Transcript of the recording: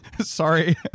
sorry